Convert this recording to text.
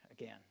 again